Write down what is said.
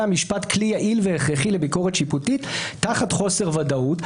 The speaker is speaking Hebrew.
המשפט כלי יעיל והכרחי לביקורת שיפוטית תחת חוסר ודאות,